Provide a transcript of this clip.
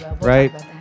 right